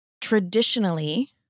traditionally